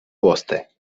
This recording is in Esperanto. poste